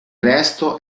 resto